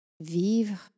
Vivre